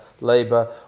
Labour